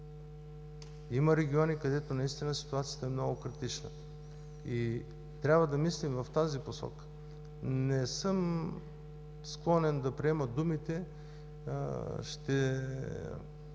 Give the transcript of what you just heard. Има региони, където наистина ситуацията е много критична, трябва да мислим в тази посока. Не съм склонен да приема думите: ще